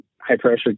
high-pressure